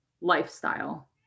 lifestyle